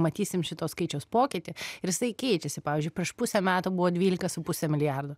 matysim šito skaičiaus pokytį ir jisai keičiasi pavyzdžiui prieš pusę metų buvo dvylika su puse milijardo